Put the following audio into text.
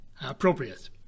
Appropriate